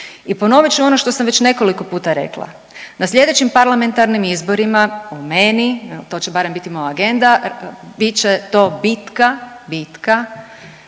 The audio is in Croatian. I ponovit ću ono što sam već nekoliko puta rekla, na sljedećim parlamentarnim izborima o meni, to će barem biti moja agenda, bit će to bitka, bitka